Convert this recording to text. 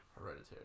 Hereditary